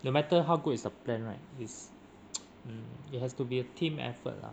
no matter how good is a plan right is mm it has to be a team effort lah